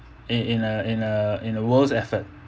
in in a in a in a world's effort